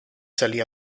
salì